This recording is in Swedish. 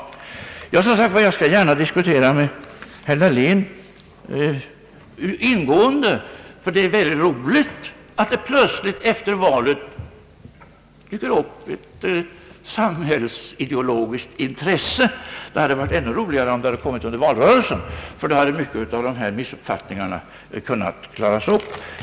Jag skall gärna diskutera ingående med herr Dahlén, ty det är roligt att det plötsligt efter valet dyker upp ett samhällsideologiskt intresse. Det hade varit ändå roligare om det hade kommit under valrörelsen, ty då hade många av missuppfattningarna kunnat klaras upp.